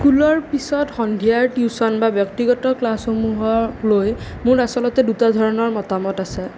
স্কুলৰ পিছত সন্ধিয়াৰ টিউচন বা ব্যক্তিগত ক্লাছসমূহক লৈ মোৰ আচলতে দুটা ধৰণৰ মতামত আছে